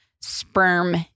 sperm